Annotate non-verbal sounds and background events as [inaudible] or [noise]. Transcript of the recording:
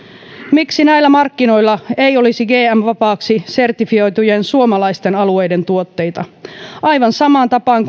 miksi näillä markkinoilla [unintelligible] ei olisi gm vapaaksi sertifioitujen suomalaisten alueiden tuotteita aivan samaan tapaan [unintelligible]